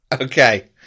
Okay